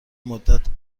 مدت